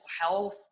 health